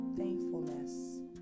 Thankfulness